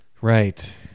Right